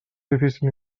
difícil